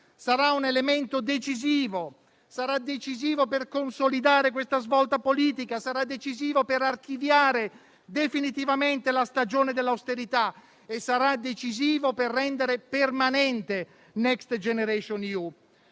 sarà un elemento decisivo. Sarà decisivo per consolidare questa svolta politica. Sara decisivo per archiviare definitivamente la stagione dell'austerità. Sarà decisivo per rendere permanente il Next generation EU.